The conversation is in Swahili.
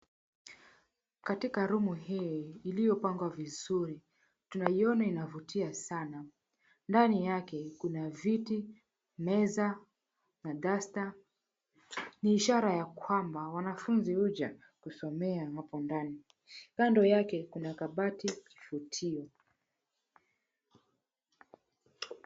Katika rumu hii iliyopangwa vizuri, tunaiona inavutia sana. Ndani yake kuna viti, meza, na dasta. Ni ishara ya kwamba wanafunzi huja kusomea hapo ndani. Kando yake kuna kabati, futio.